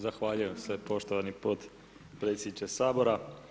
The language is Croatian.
Zahvaljujem se poštovani potpredsjedniče Sabora.